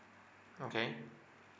okay